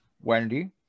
Wendy